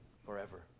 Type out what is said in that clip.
forever